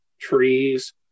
trees